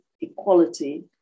equality